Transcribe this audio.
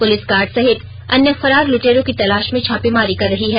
police guard सहित अन्य फरार लुटेरों की तलाश में छापेमारी कर रही है